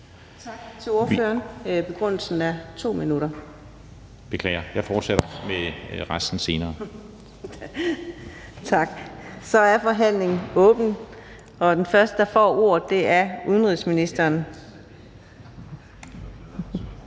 Tak til ordføreren. Begrundelsen er 2 minutter. (Christian Friis Bach (RV): Beklager. Jeg fortsætter med resten senere). Så er forhandlingen åbnet, og den første, der får ordet, er udenrigsministeren.